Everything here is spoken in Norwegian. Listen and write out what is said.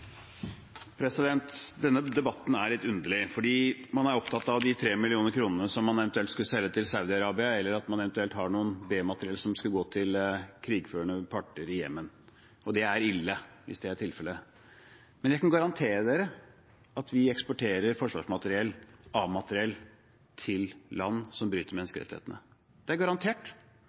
Denne debatten er litt underlig. Man er opptatt av de tre millioner kronene som man eventuelt skulle selge for til Saudi-Arabia, eller at man eventuelt har noe B-materiell som skulle gå til krigførende parter i Jemen. Det er ille hvis det er tilfellet. Men jeg kan garantere at vi eksporterer forsvarsmateriell, A-materiell, til land som bryter menneskerettighetene. Det er garantert,